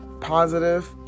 positive